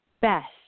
best